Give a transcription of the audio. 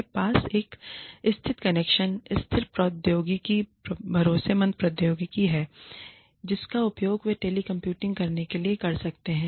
के पास एक स्थिर कनेक्शन स्थिर प्रौद्योगिकी भरोसेमंद प्रौद्योगिकी है जिसका उपयोग वे टेलीकाम्यूट करने के लिए कर सकते हैं